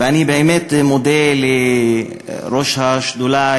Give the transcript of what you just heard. ואני באמת מודה לראש השדולה,